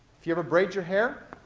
if you ever braid your hair,